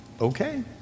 okay